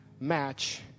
match